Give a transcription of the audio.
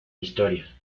historia